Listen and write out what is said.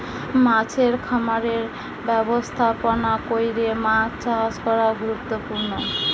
মাছের খামারের ব্যবস্থাপনা কইরে মাছ চাষ করা গুরুত্বপূর্ণ